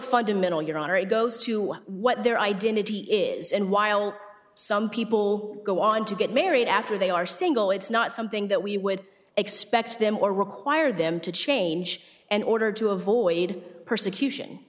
fundamental your honor it goes to what their identity is and while some people go on to get married after they are single it's not something that we would expect them or require them to change an order to avoid persecution